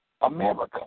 America